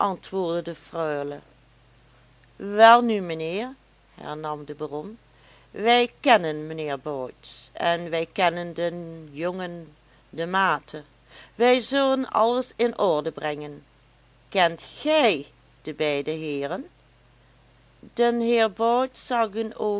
de freule welnu mijnheer hernam de baron wij kennen mijnheer bout en wij kennen den jongen de maete wij zullen alles in orde brengen kent gij de beide heeren den heer bout zag ik een